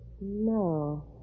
No